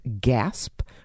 Gasp